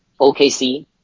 OKC